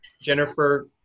jennifer